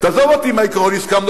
תעזוב אותי עם "על העיקרון הסכמנו,